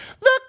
look